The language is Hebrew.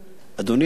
אדוני היושב-ראש,